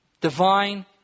divine